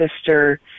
sister